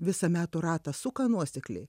visą metų ratą suka nuosekliai